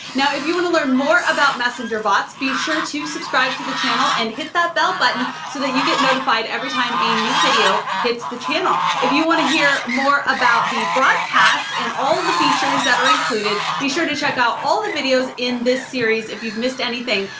now if you want to learn more about messenger bots, be sure to subscribe to the channel and hit that bell button so that you get notified every time a new video hits the channel. if you want to hear more about the broadcast and all the features that are included, be sure to check out all the videos in this series. if you've missed anything,